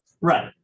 Right